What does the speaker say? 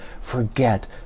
forget